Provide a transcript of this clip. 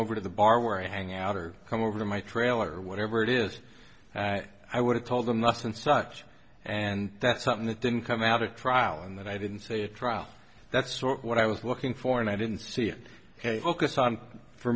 over to the bar where i hang out or come over to my trailer or whatever it is i would have told them less and such and that's something that didn't come out of trial and then i didn't say a trial that's what i was looking for and i didn't see it focused on for